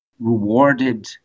rewarded